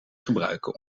gebruiken